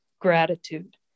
gratitude